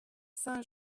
saint